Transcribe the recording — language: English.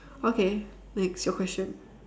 okay next your question